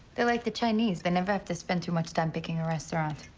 they're like the chinese. they never have to spend too much time picking a restaurant.